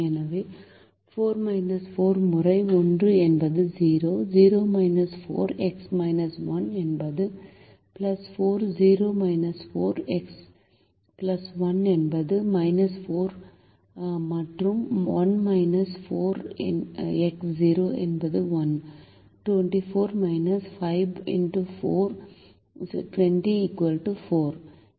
எனவே 4 4 முறை 1 என்பது 0 0 4 x 1 என்பது 4 x 1 என்பது 4 மற்றும் 1 4 x 0 என்பது 1 24- 20 4